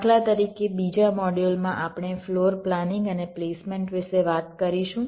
દાખલા તરીકે બીજા મોડ્યુલમાં આપણે ફ્લોર પ્લાનિંગ અને પ્લેસમેન્ટ વિશે વાત કરીશું